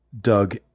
Doug